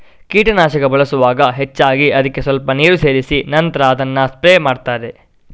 ಕೀಟನಾಶಕ ಬಳಸುವಾಗ ಹೆಚ್ಚಾಗಿ ಅದ್ಕೆ ಸ್ವಲ್ಪ ನೀರು ಸೇರಿಸಿ ನಂತ್ರ ಅದನ್ನ ಸ್ಪ್ರೇ ಮಾಡ್ತಾರೆ